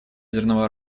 ядерного